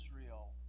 Israel